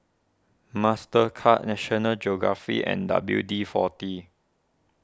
Mastercard National Geographic and W D forty